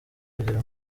kugira